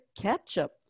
ketchup